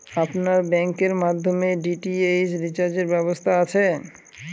আপনার ব্যাংকের মাধ্যমে ডি.টি.এইচ রিচার্জের ব্যবস্থা আছে?